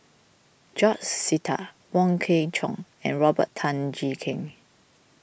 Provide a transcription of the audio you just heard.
George Sita Wong Kwei Cheong and Robert Tan Jee Keng